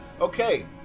Okay